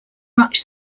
much